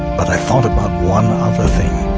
but i thought about one other thing.